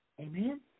amen